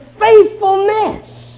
faithfulness